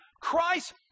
Christ